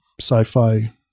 sci-fi